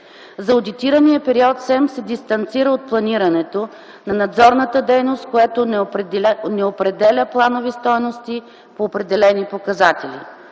За одитирания период СЕМ се дистанцира от планирането на надзорната дейност, като не определя планови стойности по определени показатели.